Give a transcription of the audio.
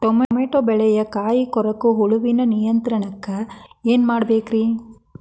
Tomato ಬೆಳೆಯ ಕಾಯಿ ಕೊರಕ ಹುಳುವಿನ ನಿಯಂತ್ರಣಕ್ಕ ಏನ್ ಮಾಡಬೇಕ್ರಿ?